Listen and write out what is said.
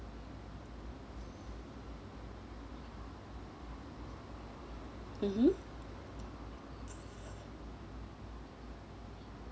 mmhmm